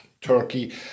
turkey